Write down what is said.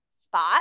spot